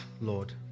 Lord